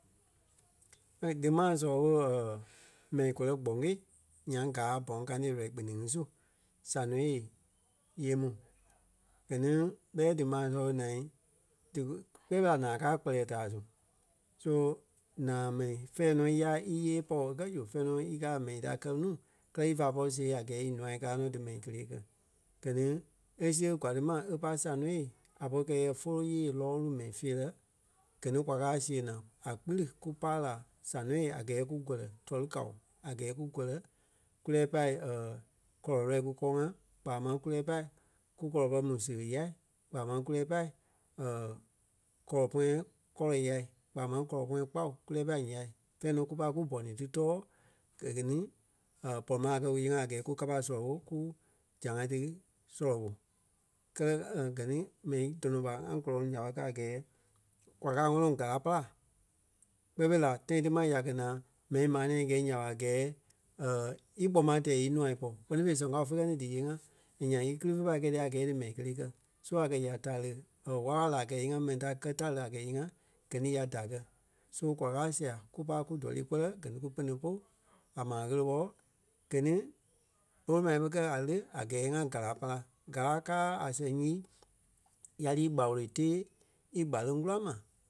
And dímaa sɔlɔ ɓo mɛni kɔlɔ gbogee nyaŋ gaa Bong County lɔ́ii kpiniŋ ŋí su Sanoyea yêei mu. Gɛ ni ɓɛi dímaa sɔlɔ ɓo naa dí ku- kpɛɛ fêi la naa káa kpɛlɛɛ taai su. So naa mɛni fɛ̂ɛ nɔ yái íyee pɔɔ kɛ́ zu fɛ̂ɛ nɔ í káa a mɛni ta kɛ́ nuu kɛlɛ ífa pɔri see a gɛɛ ínûai kaa nɔ dímɛni kelee kɛ̀. Gɛ ni e siɣe kwaa ti ma e pai Sanoyea a pɔri kɛɛ yɛ fólo yée lɔɔlu mɛi feerɛ gɛ ni kwa káa siɣe naa a kpiri ku pai la Sanoyea a gɛɛ kú gɔ̀lɛ tɔlî kao a gɛɛ ku gɔ̀lɛ kú lɛɛ pai kɔlɔ lɔ̂i ku kɔɔ-ŋa kpaa máŋ ku lɛ́ɛ pai kú kɔlɔ pɛrɛ mu seɣe yai kpaa máŋ ku lɛ́ɛ pai kɔlɔ pɔ̃yɛ kɔlɔ yai kpaa máŋ kɔlɔ pɔ̃yɛ kpáo kú lɛ́ɛ pai ǹyai. Fɛ̂ɛ nɔ kú pai kú bɔni ti tɔ́ɔ e gɛ ni pɔri ma a kɛ́ kúyee-ŋa a gɛɛ kú kapa sɔlɔ ɓɔ kú zãa ti sɔlɔ ɓô. Kɛ́lɛ gɛ ni mɛni dɔnɔ ɓa ŋá gɔlɔŋ nya ɓé kaa a gɛɛ kwa káa ŋɔnɔ gára pára kpɛɛ fêi la tãi ti ma ya kɛ naa mɛni maa nɛ̃ɛ í gɛ́ nya ɓa a gɛɛ íkpoma tɛɛ ínûa pɔ́ kpɛni fêi sɔŋ káo fe kɛ ni díyee-ŋa and nyaŋ í gili fé pai kɛi dia a gɛɛ dí mɛni kelee kɛ. So a kɛ̀ ya tare or wála-wala láa a kɛ̀ íyee-ŋa mɛni ta kɛ́ táre a kɛ̀ íyee-ŋa gɛ ni ya da kɛ. So kwa kaa sia kú pai kú tɔlî kɔlɛ gɛ ni ku pene pôlu a maa ɣele-ɓɔ. Gɛ ni bôlu ma ɓé kɛ́ a le a gɛɛ ŋá gára pára. Gára káa a sɛŋ nyii ya lí i gbawolo tee ígbâleŋ kula ma